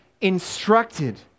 instructed